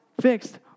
fixed